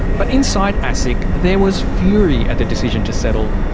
but inside asic there was fury at the decision to settle.